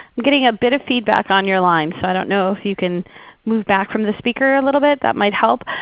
getting a bit of feedback on your line so i don't know if you can move back from the speaker a little bit that might help.